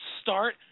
start